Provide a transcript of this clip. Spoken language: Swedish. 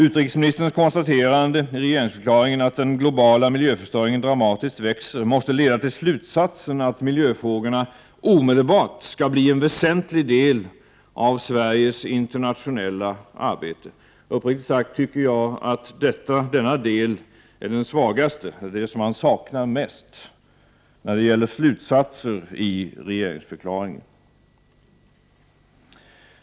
Utrikesministerns konstaterande i regeringsförklaringen, att den globala miljöförstöringen dramatiskt växer, måste leda till slutsatsen att miljöfrågorna omedelbart skall bli en väsentlig del av Sveriges internationella arbete. Uppriktigt sagt tycker jag att denna del är den svagaste och det som man saknar mest när det gäller slutsatser i regeringsförklaringen.